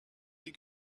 you